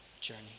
journey